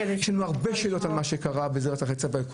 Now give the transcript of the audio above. יש לנו הרבה שאלות על מה שקרה ועל כל